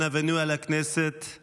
(אומר בצרפתית ומתרגם:)